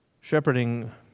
Shepherding